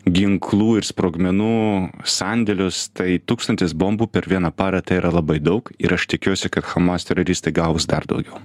ginklų ir sprogmenų sandėlius tai tūkstantis bombų per vieną parą tai yra labai daug ir aš tikiuosi kad hamas teroristai gaus dar daugiau